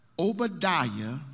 Obadiah